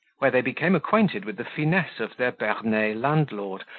where they became acquainted with the finesse of their bernay landlord,